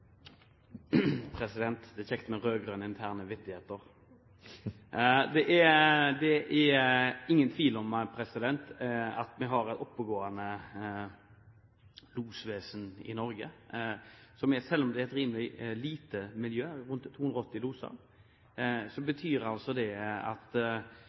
kjekt med rød-grønne interne vittigheter. Det er ingen tvil om at vi har et oppegående losvesen i Norge. Selv om det er et rimelig lite miljø, rundt 280 loser, betyr det at vi må se at det har skjedd så mye på teknologifronten, utdanningsfronten, skipsfronten og farledfronten at